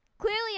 Clearly